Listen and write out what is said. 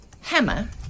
hammer